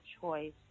choice